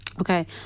Okay